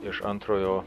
iš antrojo